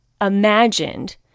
imagined